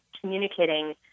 communicating